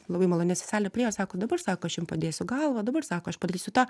labai maloni seselė priėjo sako dabar sako aš jum padėsiu galvą dabar sako aš padarysiu tą